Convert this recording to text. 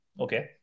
Okay